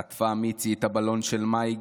חטפה מיצי את הבלון של מאי,